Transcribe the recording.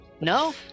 No